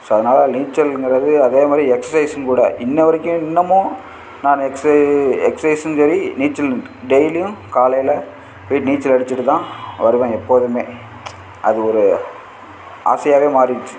so அதனால் நீச்சல்ங்கறது அதே மாதிரி எக்ஸஸைஸும் கூட இன்ன வரைக்கும் இன்னமும் நானு எக்ஸ எக்ஸஸைஸும் சரி நீச்சல் டெய்லியும் காலையில் போய் நீச்சல் அடிச்சுட்டு தான் வருவேன் எப்போதுமே அது ஒரு ஆசையாகவே மாறிடுச்சு